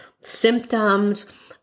symptoms